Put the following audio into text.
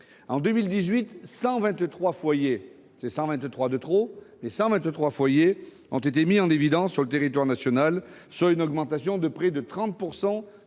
de trop ! -qui ont été mis en évidence sur le territoire national, soit une augmentation de près de 30